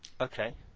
Okay